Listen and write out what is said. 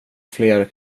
fler